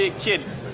ah kids.